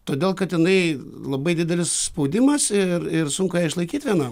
todėl kad tenai labai didelis spaudimas ir ir sunku ją išlaikyt vienam